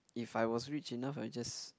if I was rich enough I'll just